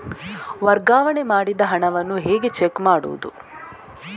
ವರ್ಗಾವಣೆ ಮಾಡಿದ ಹಣವನ್ನು ಹೇಗೆ ಚೆಕ್ ಮಾಡುವುದು?